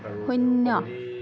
শূন্য